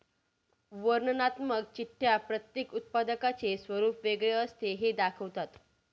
वर्णनात्मक चिठ्ठ्या प्रत्येक उत्पादकाचे स्वरूप वेगळे असते हे दाखवतात